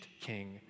king